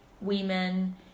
women